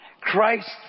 Christ